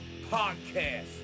podcast